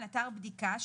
אתר בדיקה,